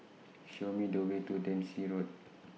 Show Me The Way to Dempsey Road